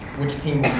which team